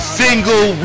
single